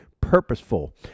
purposeful